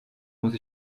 muss